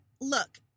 look